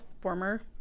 former